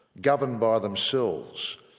governed by themselves,